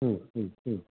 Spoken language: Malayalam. മ്മ് മ്മ് മ്മ്